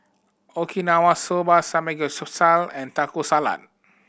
Okinawa Soba and Taco Salad